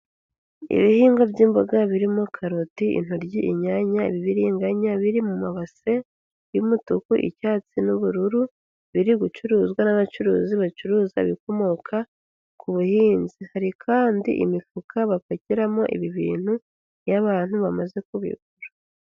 Ibihingwa by'imboga birimo karoti, intoryi, inyanya, ibibiringanya biri mu mabase y'umutuku, icyatsi n'ubururu, biri gucuruzwa n'abacuruzi bacuruza ibikomoka ku buhinzi, hari kandi imifuka bapakiramo ibi bintu iyo abantu bamaze kubigura.